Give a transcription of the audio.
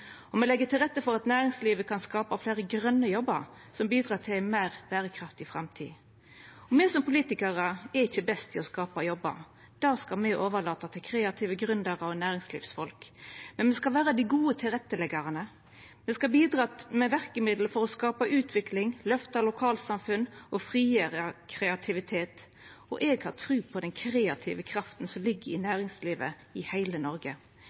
og me legg til rette for at næringslivet kan skapa fleire grøne jobbar som bidreg til ei meir berekraftig framtid. Me som er politikarar, er ikkje dei beste til å skape jobbar. Det skal me overlata til kreative gründerar og næringslivsfolk, men me kan vera dei gode tilretteleggjarane. Me bidreg med verkemiddel for å skapa utvikling, løfta lokalsamfunn og frigjera kreativitet. Eg har tru på den kreative krafta som ligg i næringslivet i heile Noreg.